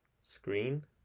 screen